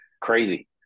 crazy